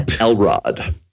Elrod